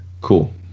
Cool